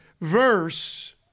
verse